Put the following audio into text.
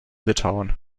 litauen